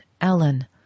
Ellen